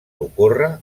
ocórrer